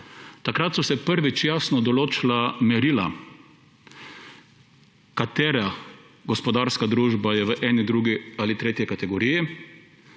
Takrat so se prvič jasno določila merila, katera gospodarska družba je v eni, drugi ali tretji kategoriji,